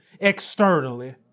externally